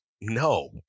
No